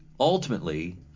Ultimately